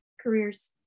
careers